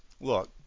Look